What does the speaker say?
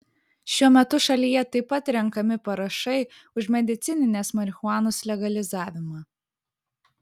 šiuo metu šalyje taip pat renkami parašai už medicininės marihuanos legalizavimą